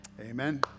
Amen